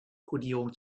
kodierung